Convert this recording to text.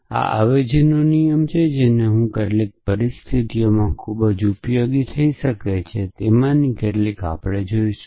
આ અવેજીના નિયમો છે જેનો હું કેટલીક પરિસ્થિતિઓમાં ખૂબ ઉપયોગી થઈ શકું તેમાંથી કેટલાક આપણે જોશું